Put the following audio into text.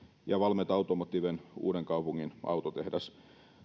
ja valmet automotiven uudenkaupungin autotehdas